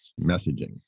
messaging